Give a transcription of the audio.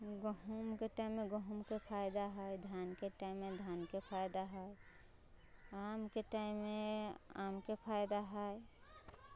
गहूमके टाइममे गहूमके फायदा है धानके टाइममे धानके फायदा है आमके टाइममे आमके फायदा है